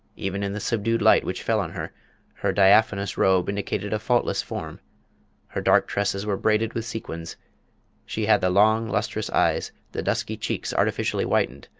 even in the subdued light which fell on her her diaphanous robe indicated a faultless form her dark tresses were braided with sequins she had the long, lustrous eyes, the dusky cheeks artificially whitened,